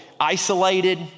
isolated